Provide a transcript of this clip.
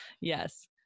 Yes